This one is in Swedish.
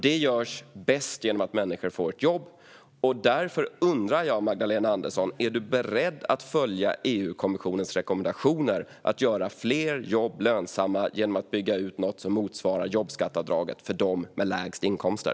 Det görs bäst genom att människor får ett jobb. Därför undrar jag om Magdalena Andersson är beredd att följa EU-kommissionens rekommendationer att göra fler jobb lönsamma genom att bygga ut något som motsvarar jobbskatteavdraget för dem med lägst inkomster.